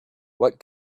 what